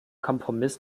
kompromiss